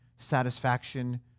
satisfaction